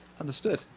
Understood